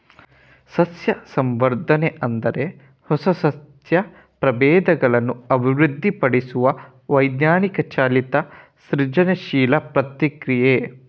ಸಸ್ಯ ಸಂವರ್ಧನೆ ಅಂದ್ರೆ ಹೊಸ ಸಸ್ಯ ಪ್ರಭೇದಗಳನ್ನ ಅಭಿವೃದ್ಧಿಪಡಿಸುವ ವಿಜ್ಞಾನ ಚಾಲಿತ ಸೃಜನಶೀಲ ಪ್ರಕ್ರಿಯೆ